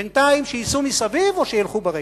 בינתיים, שייסעו מסביב או שילכו ברגל.